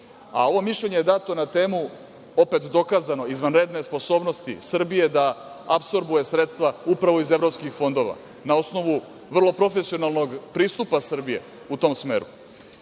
a ovo mišljenje je dato na temu, opet dokazano, sposobnosti Srbije da apsorbuje sredstva upravo iz evropskih fondova, na osnovu vrlo profesionalnog pristupa Srbije u tom smeru.